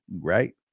Right